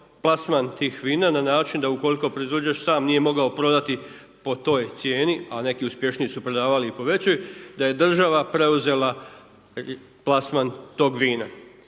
plasman tih vina na način da ukoliko proizvođač sam nije mogao prodati po toj cijeni, a neki uspješniji su prodavali i po većoj, da je država preuzela plasman tog vina.